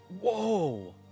whoa